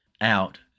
out